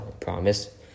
promise